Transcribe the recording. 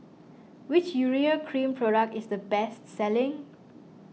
which Urea Cream product is the best selling